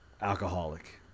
alcoholic